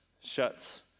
shuts